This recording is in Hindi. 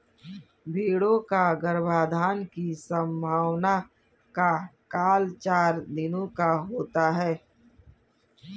भेंड़ों का गर्भाधान की संभावना का काल चार दिनों का होता है